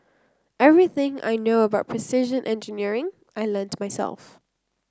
everything I know about precision engineering I learnt myself